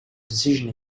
decision